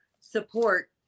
support